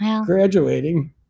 graduating